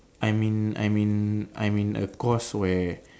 I'm in I'm in I'm in a course where